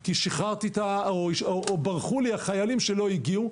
כי שחררתי או ברחו לי החיילים שלא הגיעו.